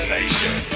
Nation